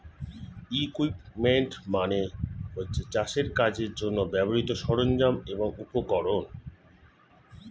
equipment মানে হচ্ছে চাষের কাজের জন্যে ব্যবহৃত সরঞ্জাম এবং উপকরণ